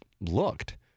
looked